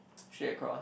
straight across